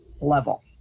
level